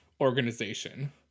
organization